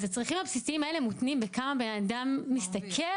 אז הצרכים הבסיסיים האלה מותנים בכמה בן אדם משתכר?